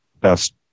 best